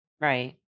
Right